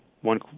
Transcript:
one